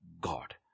God